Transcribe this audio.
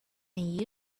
and